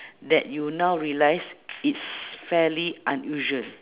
that you now realise it's fairly unusual